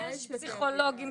יש פסיכולוגים,